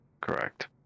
correct